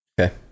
Okay